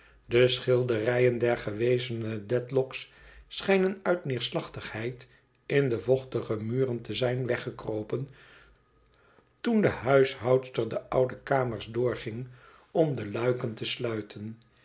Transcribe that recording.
de schilderijen der gewezene dedlock's schijnen uit neerslachtigheid in de vochtige muren te zijn weggekropen toen de huishoudster de oude kamers doorging om de luiken te sluiten